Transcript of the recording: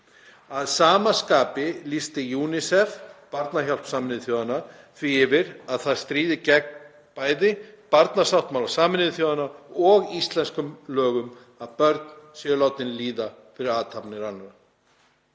Að sama skapi lýsti UNICEF, Barnahjálp Sameinuðu þjóðanna, því yfir að það stríði gegn bæði barnasáttmála Sameinuðu þjóðanna og íslenskum lögum að börn séu látin líða fyrir athafnir annarra.